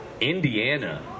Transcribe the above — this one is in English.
Indiana